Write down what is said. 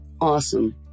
Awesome